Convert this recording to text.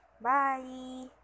Bye